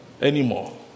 anymore